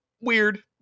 weird